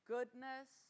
Goodness